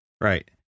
right